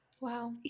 Wow